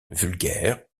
vulgaire